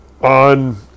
on